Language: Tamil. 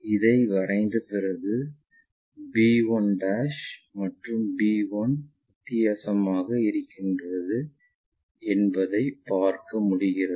இதை வரைந்த பிறகு b1 மற்றும் b1 வித்தியாசமாக இருக்கிறது என்பதை பார்க்க முடிகிறது